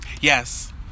Yes